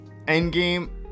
Endgame